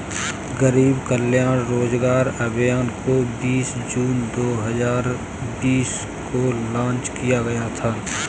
गरीब कल्याण रोजगार अभियान को बीस जून दो हजार बीस को लान्च किया गया था